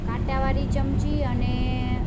કાંટા વાળી ચમચી અને